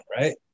right